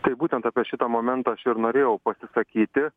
tai būtent apie šitą momentą aš ir norėjau pasisakyti